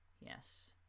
yes